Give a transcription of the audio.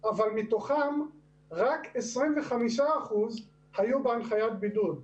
אבל מתוכם רק 25% היו בהנחיית בידוד.